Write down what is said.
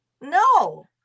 No